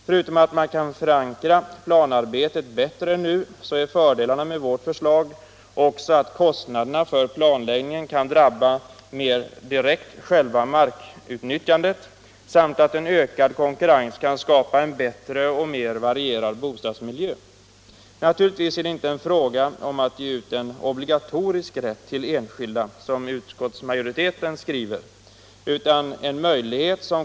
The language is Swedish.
Förutom att man kan förankra planarbetet bättre än nu är fördelarna med vårt förslag att kostnaderna för planläggningen mer direkt kan drabba själva markutnyttjandet samt att en ökad konkurrens kan skapa en bättre och mer varierad bostadsmiljö. Naturligtvis är det inte fråga om att ge en ”obligatorisk” rätt till enskilda, som utskottsmajoriteten skriver, utan om en möjlighet.